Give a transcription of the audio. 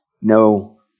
no